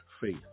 faith